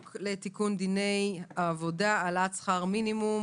לתיקון דיני העבודה (העלאת שכר המינימום,